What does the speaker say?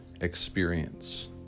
experience